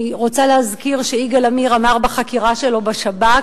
אני רוצה להזכיר שיגאל עמיר אמר בחקירה שלו בשב"כ